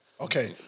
Okay